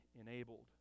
enabled